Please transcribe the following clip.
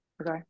Okay